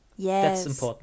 Yes